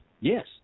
yes